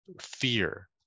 fear